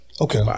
Okay